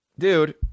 Dude